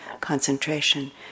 concentration